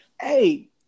hey